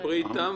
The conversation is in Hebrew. אם